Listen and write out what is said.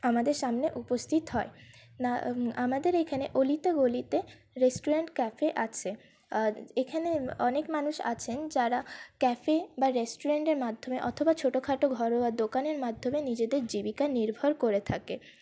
আমাদের সামনে উপস্থিত হয় আমাদের এখানে অলিতে গলিতে রেস্টুরেন্ট ক্যাফে আছে এখানে অনেক মানুষ আছেন যারা ক্যাফে বা রেস্তোরেন্টের মাধ্যমে অথবা ছোটোখাটো ঘরোয়া দোকানের মাধ্যমে নিজেদের জীবিকা নির্ভর করে থাকে